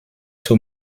too